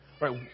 Right